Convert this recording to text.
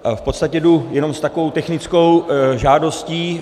V podstatě jdu jenom s takovou technickou žádostí.